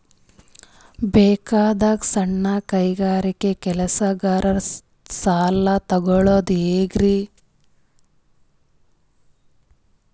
ಬ್ಯಾಂಕ್ದಾಗ ಸಣ್ಣ ಕೈಗಾರಿಕಾ ಕೆಲಸಗಾರರು ಸಾಲ ತಗೊಳದ್ ಹೇಂಗ್ರಿ?